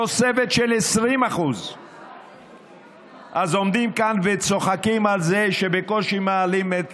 תוספת של 20%. אז עומדים כאן וצוחקים על זה שבקושי מעלים את